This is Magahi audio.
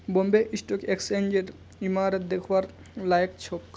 बॉम्बे स्टॉक एक्सचेंजेर इमारत दखवार लायक छोक